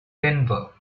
denver